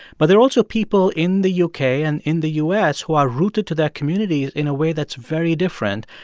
but there are also people in the u k. and in the u s. who are rooted to their community in a way that's very different.